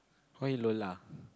call him Lola